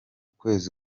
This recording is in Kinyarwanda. kwezi